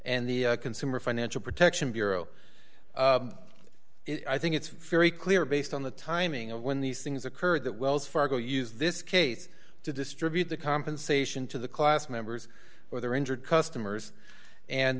and the consumer financial protection bureau i think it's very clear based on the timing of when these things occurred that wells fargo use this case to distribute the compensation to the class members or their injured customers and